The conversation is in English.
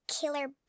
killer